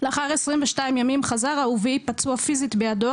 לאחר 22 ימים חזר אהובי פצוע פיזית בידו,